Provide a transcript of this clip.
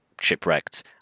shipwrecked